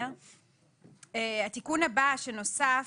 התיקון הבא שנוסף.